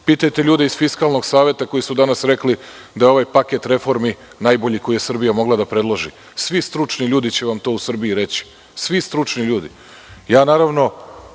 Pitajte ljude iz Fiskalnog saveta koji su danas rekli da je ovaj paket reformi najbolji koji je Srbija mogla da predloži. Svi stručni ljudi u Srbiji će vam to reći. Svi stručni ljudi. Poštujem